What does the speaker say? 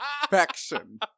perfection